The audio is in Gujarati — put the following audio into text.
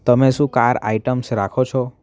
તમે શું કાર આઇટમ્સ રાખો છો